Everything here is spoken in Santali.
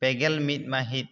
ᱯᱮᱜᱮᱞ ᱢᱤᱫ ᱢᱟᱹᱦᱤᱛ